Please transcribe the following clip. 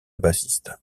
bassiste